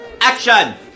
Action